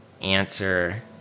answer